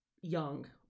young